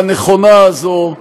והנכונה הזאת,